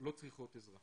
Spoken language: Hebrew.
לא צריכות עזרה.